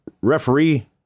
referee